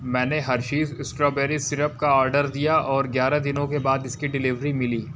मैंने Hershey's strawberry syrup का order दिया और इग्यारह दिनों के बाद इसकी डिलेवरी मिली